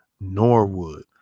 norwood